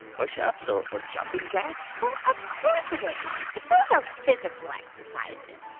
and pushups or or jumping jacks? well, of course, it is. but those are physical exercises.